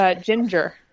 Ginger